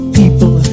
people